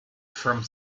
from